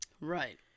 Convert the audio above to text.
Right